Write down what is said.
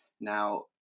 Now